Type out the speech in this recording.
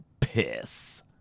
piss